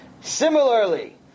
Similarly